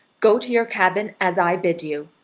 go to your cabin, as i bid you,